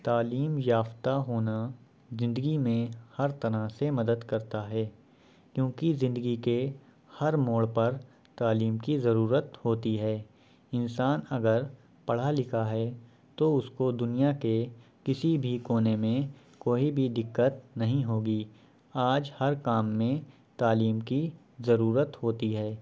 تعلیم یافتہ ہونا زندگی میں ہر طرح سے مدد کرتا ہے کیوںکہ زندگی کے ہر موڑ پر تعلیم کی ضرورت ہوتی ہے انسان اگر پڑھا لکھا ہے تو اس کو دنیا کے کسی بھی کونے میں کوئی بھی دقت نہیں ہوگی آج ہر کام میں تعلیم کی ضرورت ہوتی ہے